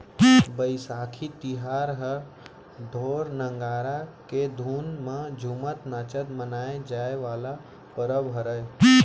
बइसाखी तिहार ह ढोर, नंगारा के धुन म झुमत नाचत मनाए जाए वाला परब हरय